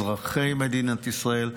אזרחי מדינת ישראל.